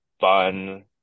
fun